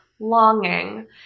Longing